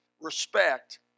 respect